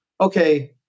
okay